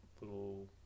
little